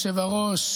אדוני היושב-ראש,